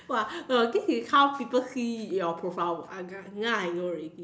!wah! uh this is how people see your profile uh now now I know already